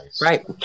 Right